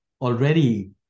already